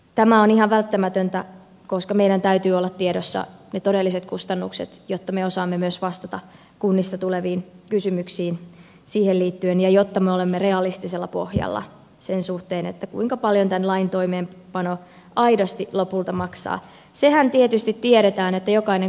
tämä on ihan välttämätöntä koska meillä täytyy olla tiedossa ne todelliset kustannukset jotta me osaamme myös vastata kunnista tuleviin kysymyksiin siihen liittyen ja jotta me olemme realistisella pohjalla sen suhteen kuinka paljon tämän lain toimeenpano aidosti lopulta maksaa sehän tietysti tiedetään että jokainen